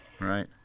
Right